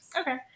okay